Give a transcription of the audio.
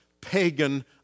pagan